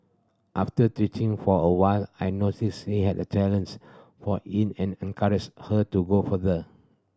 after teaching for a while I noticed she had a talent for in and encouraged her to go further